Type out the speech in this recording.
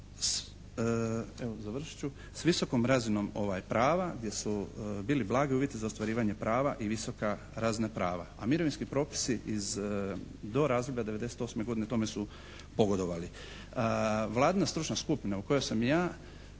s visokom razinom prava gdje su bili blagi uvjeti za ostvarivanje prava i visoka razna prava, a mirovinski propisi do razdoblja 98. godine tome su pogodovali. Vladina stručna skupina u kojoj sam i